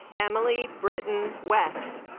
emily britain west